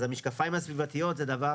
אז המשקפיים הסביבתיות, זה דבר